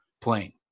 playing